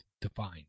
define